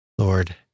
Lord